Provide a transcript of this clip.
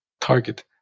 target